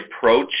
approach